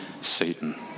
Satan